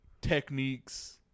techniques